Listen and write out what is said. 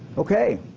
okay.